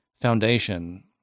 Foundation